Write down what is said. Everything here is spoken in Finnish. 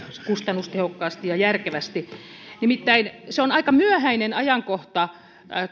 kustannustehokkaasti ja järkevästi nimittäin se on aika myöhäinen ajankohta